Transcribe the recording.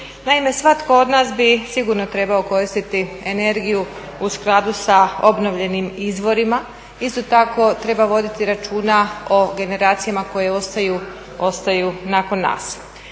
Naime, svatko od nas bi sigurno trebao koristiti energiju u skladu sa obnovljenim izvorima, isto tako treba voditi računa o generacijama koje ostaju nakon nas.